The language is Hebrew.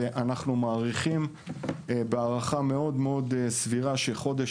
ואנחנו מעריכים בצורה מאוד מאוד סבירה שבחודש